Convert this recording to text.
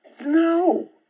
No